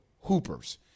hoopers